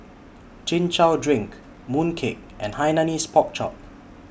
Chin Chow Drink Mooncake and Hainanese Pork Chop